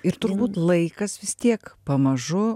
ir turbūt laikas vis tiek pamažu